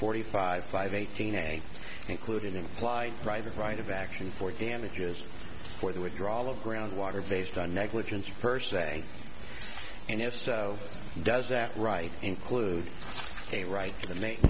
forty five five eighteen a including implied private right of action for damages for the withdrawal of groundwater based on negligence per se and if so does that right include a right to